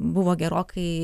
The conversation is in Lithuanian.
buvo gerokai